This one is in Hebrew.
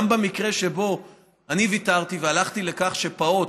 גם במקרה שבו ויתרתי והלכתי לכך שפעוט,